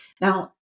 Now